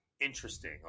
interesting